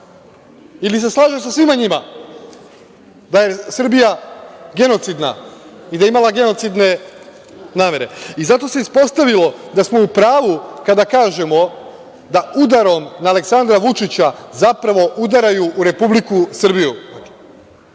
Ili se slaže sa svima njima da je Srbija genocidna i da je imala genocidne namere? Zato se ispostavilo da smo u pravu kada kažemo da udarom na Aleksandra Vučića zapravo udaraju u Republiku